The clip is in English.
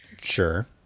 Sure